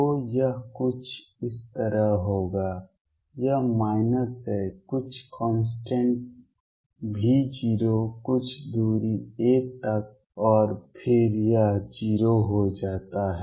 तो यह कुछ इस तरह होगा यह माइनस है कुछ कांस्टेंट V0 कुछ दूरी a तक और फिर यह 0 हो जाता है